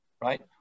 right